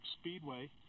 speedway